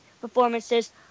performances